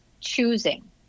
choosing